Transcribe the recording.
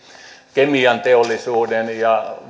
kemianteollisuuden piiristä ja